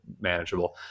manageable